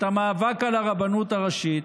את המאבק על הרבנות הראשית,